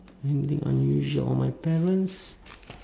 anything unusual on my parents